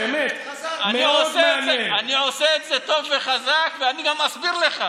אני עושה את זה טוב וחזק, ואני גם אסביר לך.